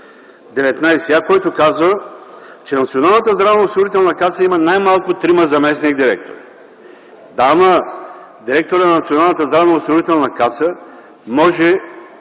19а, който казва, че Националната здравноосигурителна каса има най-малко трима заместник-директори. Да, но директорът на Националната здравноосигурителна каса може